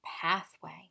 pathway